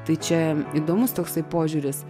tai čia įdomus toksai požiūris